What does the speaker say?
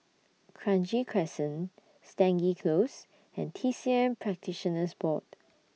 Kranji Crescent Stangee Close and T C M Practitioners Board